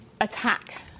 attack